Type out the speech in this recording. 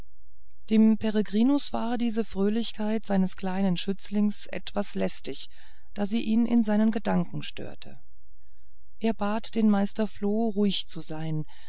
dem peregrinus war diese fröhlichkeit seines kleinen schützlings etwas lästig da sie ihn in seinen gedanken störte er bat den meister floh ruhig zu sein